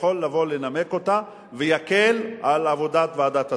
יוכל לבוא לנמק אותה, ויקל על עבודת ועדת השרים.